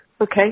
Okay